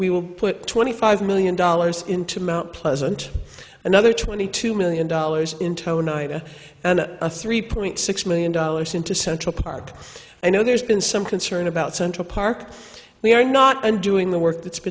we will put twenty five million dollars into mount pleasant another twenty two million dollars in tone ita and a three point six million dollars into central park i know there's been some concern about central park we are not i'm doing the work that's